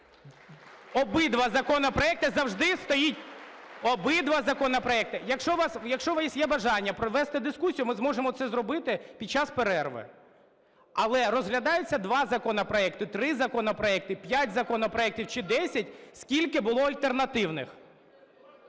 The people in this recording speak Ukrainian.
Обидва законопроекти, завжди стоїть… Якщо у вас є бажання провести дискусію, ми зможемо це зробити під час перерви. Але розглядається два законопроекти, три законопроекти, п'ять законопроектів чи десять, скільки було альтернативних.